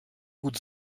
gut